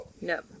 No